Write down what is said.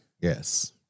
Yes